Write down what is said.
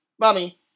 mommy